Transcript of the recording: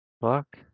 fuck